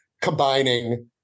combining